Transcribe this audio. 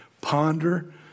ponder